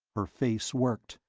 her face worked.